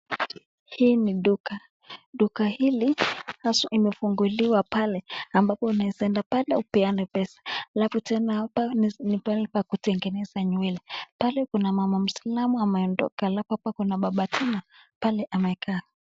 Hii ni duka, duka hili haswa imefunguliwa pale ambapo unaweza enda upeane pesa alafu tena ni pahali pa kutengeneza nywele. Pale kuna mama mwisilamu ameondoka alafu hapa baba tena pale amekaa.